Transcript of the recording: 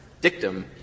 dictum